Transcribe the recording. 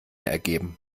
ergeben